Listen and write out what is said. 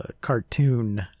cartoon